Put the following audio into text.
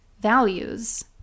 values